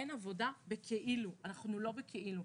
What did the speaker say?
אין עבודה בכאילו, אנחנו לא בכאילו.